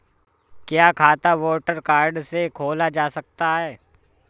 क्या खाता voter card से खोला जा सकता है?